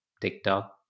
TikTok